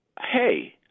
hey